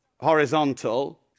horizontal